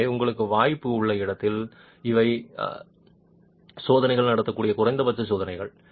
எனவே உங்களுக்கு வாய்ப்பு உள்ள இடத்தில் இவை சோதனைகள் நடத்தக்கூடிய குறைந்தபட்ச சோதனைகள்